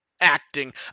acting